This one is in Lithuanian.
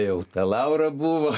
jau ta laura buvo